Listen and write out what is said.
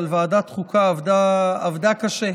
אבל ועדת חוקה עבדה קשה.